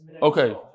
Okay